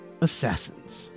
Assassins